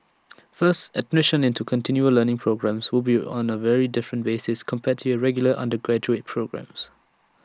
first admission into continual learning programmes will be on A very different basis compared to your regular undergraduate programmes